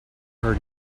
her